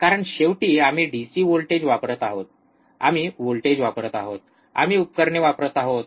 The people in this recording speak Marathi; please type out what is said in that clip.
कारण शेवटी आम्ही डीसी व्होल्टेज वापरत आहोत आम्ही व्होल्टेज वापरत आहोत आम्ही उपकरणे वापरत आहोत